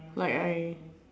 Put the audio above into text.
like I